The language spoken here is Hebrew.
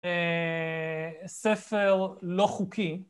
ספר לא חוקי.